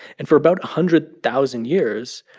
and for about a hundred thousand years,